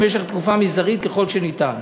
למשך תקופה מזערית ככל שניתן.